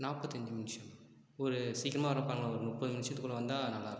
நாற்பத்தி அஞ்சு நிமிஷமா ஒரு சீக்கரமாக வர பாருங்களேன் ஒரு முப்பது நிமிஷத்துக்குள்ள வந்தால் நல்லாருக்கும்